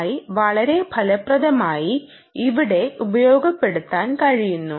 RSSI വളരെ ഫലപ്രദമായി ഇവിടെ ഉപയോഗപ്പെടുത്താൻ കഴിയുന്നു